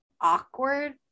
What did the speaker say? awkward